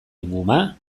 inguma